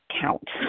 count